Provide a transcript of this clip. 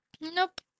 Nope